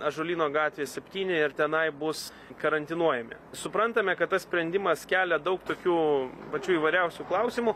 ąžuolyno gatvė septyni ir tenai bus karantinuojami suprantame kad tas sprendimas kelia daug tokių pačių įvairiausių klausimų